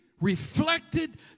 reflected